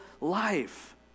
life